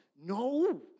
No